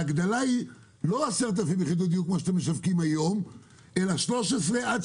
ההגדלה היא לא 10,000 יחידות דיור כפי שאתם משווקים היום אלא 13,000